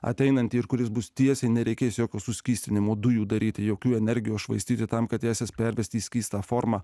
ateinantį ir kuris bus tiesiai nereikės jokių suskystinamų dujų daryti jokių energijos švaistyti tam kad jas pervesti į skystą formą